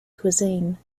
cuisine